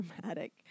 dramatic